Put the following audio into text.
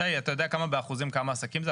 שי, אתה יודע באחוזים כמה עסקים זה?